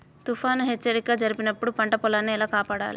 తుఫాను హెచ్చరిక జరిపినప్పుడు పంట పొలాన్ని ఎలా కాపాడాలి?